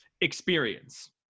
Experience